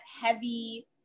heavy